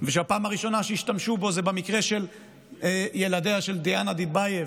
שהפעם הראשונה שהשתמשו בו זה במקרה של ילדיה של דיאנה דדבייב,